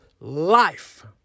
life